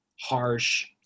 harsh